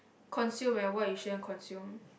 consume and what you shouldn't consume